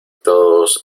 todos